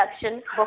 production